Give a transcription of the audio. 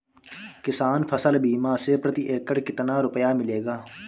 किसान फसल बीमा से प्रति एकड़ कितना रुपया मिलेगा?